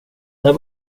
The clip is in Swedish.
där